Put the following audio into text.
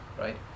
right